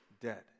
Dead